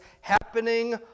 happening